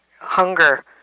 Hunger